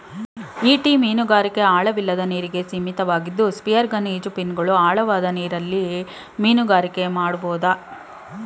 ಈಟಿ ಮೀನುಗಾರಿಕೆ ಆಳವಿಲ್ಲದ ನೀರಿಗೆ ಸೀಮಿತವಾಗಿದ್ದು ಸ್ಪಿಯರ್ಗನ್ ಈಜುಫಿನ್ಗಳು ಆಳವಾದ ನೀರಲ್ಲಿ ಮೀನುಗಾರಿಕೆ ಮಾಡ್ಬೋದು